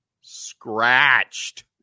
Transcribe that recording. scratched